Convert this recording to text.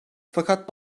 fakat